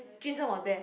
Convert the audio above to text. Jun Sheng was there